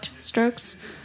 strokes